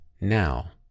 now